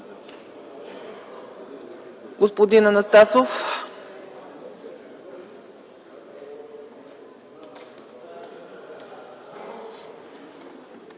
господин Анастасов.